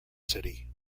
city